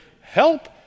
help